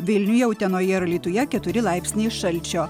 vilniuje utenoje ir alytuje keturi laipsniai šalčio